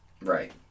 Right